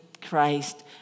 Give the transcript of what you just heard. Christ